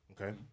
Okay